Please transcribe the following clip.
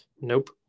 Nope